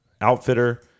outfitter